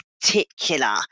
particular